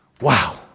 Wow